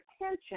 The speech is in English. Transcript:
attention